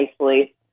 nicely